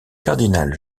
cardinal